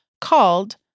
called